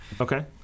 Okay